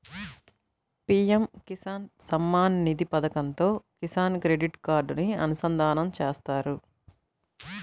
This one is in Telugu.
పీఎం కిసాన్ సమ్మాన్ నిధి పథకంతో కిసాన్ క్రెడిట్ కార్డుని అనుసంధానం చేత్తారు